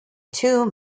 two